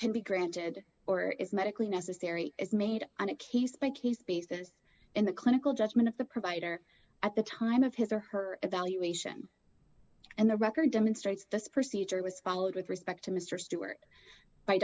can be granted or is medically necessary is made on a case by case basis in the clinical judgment of the provider at the time of his or her evaluation and the record demonstrates this procedure was followed with respect to mr stewart by